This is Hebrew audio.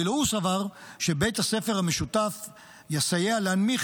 ואילו הוא סבר שבית הספר המשותף יסייע להנמיך